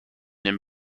den